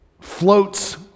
floats